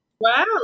Wow